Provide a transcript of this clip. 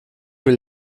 will